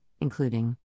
including